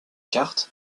carte